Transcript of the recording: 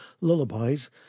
lullabies